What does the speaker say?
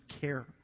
care